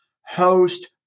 host